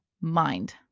mind